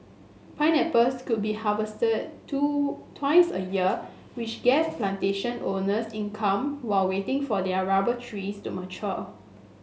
pineapples could be harvested two twice a year which gave plantation owners income while waiting for their rubber trees to mature